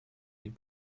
den